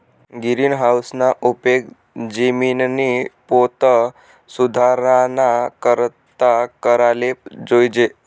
गिरीनहाऊसना उपेग जिमिननी पोत सुधाराना करता कराले जोयजे